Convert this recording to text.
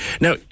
Now